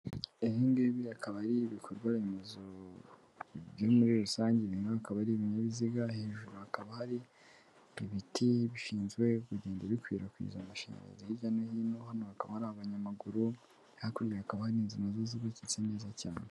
Iyi ngiyi ikaba ari ibikorwa remezo byo muri rusange naho hakaba ari ibinyabiziga hejuru hakaba hari ibiti bishinzwe kugenda bikwirakwiza amashanyarazi hirya no hino hano bakaba hari abanyamaguru hakwiriye hakaba hari inzu nazo zubakitse neza cyane.